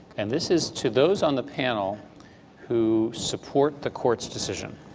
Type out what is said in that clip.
and this is to those on the panel who support the court's decision.